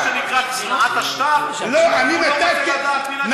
השטר הוא הבעיה?